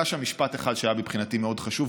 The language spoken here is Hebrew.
היה שם משפט אחד שהיה מבחינתי מאוד חשוב,